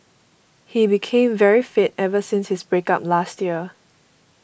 he became very fit ever since his break up last year